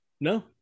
No